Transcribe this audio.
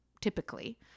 typically